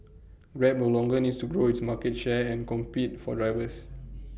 grab no longer needs to grow its market share and compete for drivers